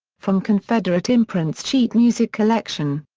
from confederate imprints sheet music collection.